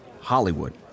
Hollywood